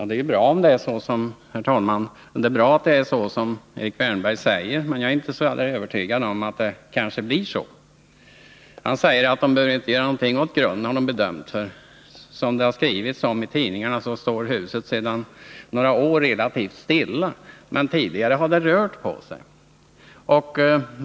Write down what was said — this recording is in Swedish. Herr talman! Det är bra om det blir så som Erik Wärnberg säger, men jag är inte alldeles övertygad om det. Erik Wärnberg säger att man bedömt att det inte behöver göras någonting åt grunden. Enligt vad som skrivits i tidningarna står huset sedan några år relativt stilla, men tidigare har det rört på sig.